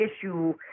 issue